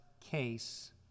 case